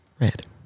Red